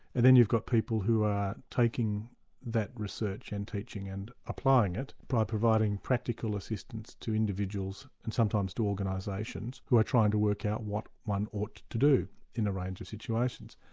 and then you've got people who are taking that research and teaching and applying it by providing practical assistance to individuals and sometimes to organisations who are trying to work out what one ought to do in a range of situations.